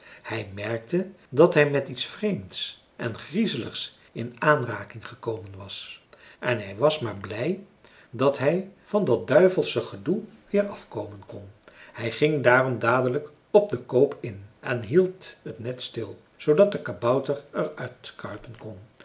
hij merkte dat hij met iets vreemds en griezeligs in aanraking gekomen was en hij was maar blij dat hij van dat duivelsche gedoe weer afkomen kon hij ging daarom dadelijk op den koop in en hield het net stil zoodat de kabouter er uit